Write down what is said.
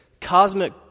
cosmic